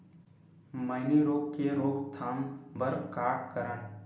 मैनी रोग के रोक थाम बर का करन?